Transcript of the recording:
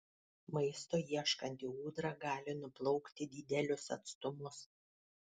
maisto ieškanti ūdra gali nuplaukti didelius atstumus